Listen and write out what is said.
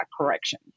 correction